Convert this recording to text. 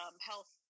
health